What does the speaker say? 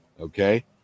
Okay